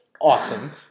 awesome